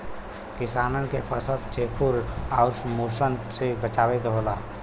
किसानन के फसल चेखुर आउर मुसन से बचावे के होला